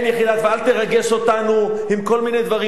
ואל תרגש אותנו עם כל מיני דברים.